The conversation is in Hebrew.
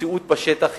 המציאות בשטח קשה,